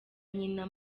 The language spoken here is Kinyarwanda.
nyina